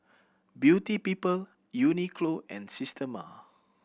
Beauty People Uniqlo and Systema